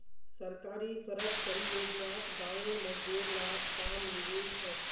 सरकारी सड़क परियोजनात गांउर मजदूर लाक काम मिलील छ